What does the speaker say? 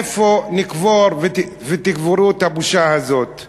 איפה נקבור ותקברו את הבושה הזאת?